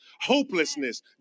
hopelessness